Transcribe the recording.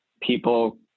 people